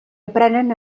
aprenen